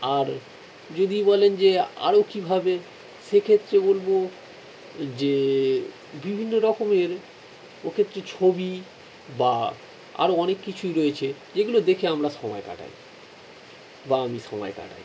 আর যদি বলেন যে আরো কীভাবে সেক্ষেত্রে বলবো যে বিভিন্ন রকমের ওক্ষেত্রে ছবি বা আরো অনেক কিছুই রয়েছে যেগুলো দেখে আমরা সমায় কাটাই বা আমি সমায় কাটাই